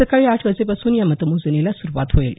सकाळी आठ वाजेपासून या मतमोजणीला सुरवात होईल